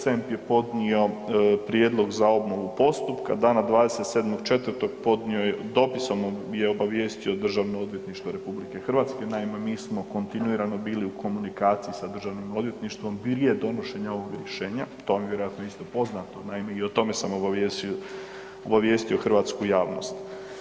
CEMP je podnio prijedlog za obnovu postupka, dana 27.4. podnio je, dopisom je obavijestio Državno odvjetništvo RH, naime mi smo kontinuirano bili u komunikaciji sa državnim odvjetništvom prije donošenja ovog rješenja, to vam je vjerojatno isto poznato, naime i o tome sam obavijestio hrvatsku javnost.